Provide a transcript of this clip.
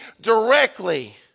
directly